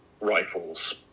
rifles